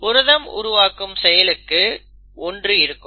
புரதம் உருவாக்கும் செயலுக்கு ஒன்று இருக்கும்